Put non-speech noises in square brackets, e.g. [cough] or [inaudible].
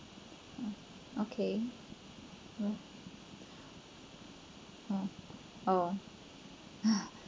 okay mm mm oh [laughs]